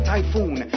Typhoon